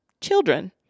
children